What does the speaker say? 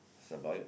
that's about it